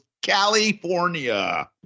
California